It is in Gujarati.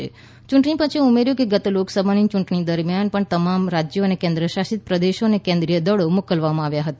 યૂંટણી પંચે ઉમેર્યું કે ગત લોકસભાની ચૂંટણીઓ દરમિયાન પણ તમામ રાજ્યો અને કેન્દ્રશાસિત કેન્દ્રોને કેન્દ્રીય દળો મોકલવામાં આવ્યા હતા